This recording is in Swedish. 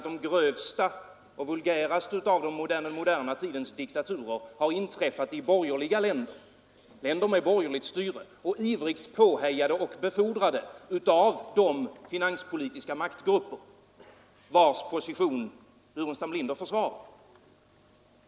De grövsta och vulgäraste av den moderna tidens diktaturer har inträffat i länder med borgerligt styre, ivrigt påhejade och befordrade av de finanspolitiska maktgrupper vilkas position herr Burenstam Linder försvarar.